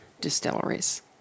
distilleries